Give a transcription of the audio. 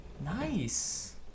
Nice